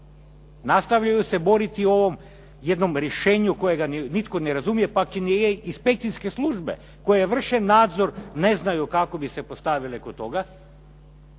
Nastavljaju se boriti u ovom jednom rješenju kojega nitko ne razumije pa ni inspekcijske službe koje vrše nadzor ne znaju kako bi se postavile kod toga.